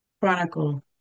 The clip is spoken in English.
chronicle